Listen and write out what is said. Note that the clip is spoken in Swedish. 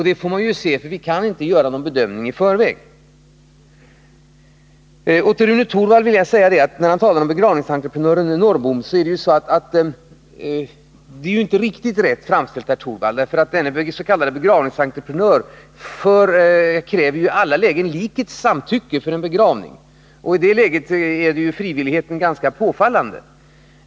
Detta får vi se— det kan vi inte säga i förväg. Rune Torwald talar om begravningsentreprenören Norrbom. Det är inte alldeles riktigt framställt av Rune Torwald, för den s.k. begravningsentreprenören kräver i alla lägen likets samtycke till en begravning. I det fallet är ju frivilligheten ganska påfallande.